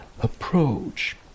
approach